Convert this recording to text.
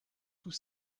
tout